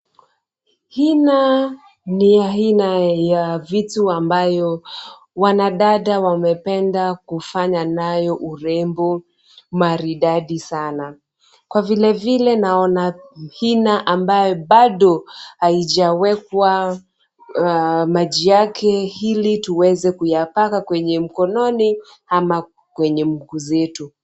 Hina ni aina ya vitu ambayo wanadada wamependa kufanya nayo urembo, maridadi sana. Kwa vilevile naona hina ambayo bado haijawekwa maji yake ili tuweze kuyapaka kwenye mkononi ama kwenye mguu zetu.